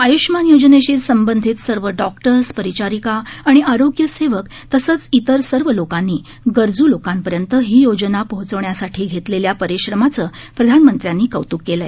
आय्ष्मान योजनेशी संबंधित सर्व डॉक्टर्स परिचारिका आणि आरोग्य सेवक तसेच इतर सर्व लोकांनी गरजू लोकापर्यंत ही योजना पोहचवण्यासाठी घेतलेल्या परिश्रमाचे प्रधानमंत्र्यांनी कौत्क केनं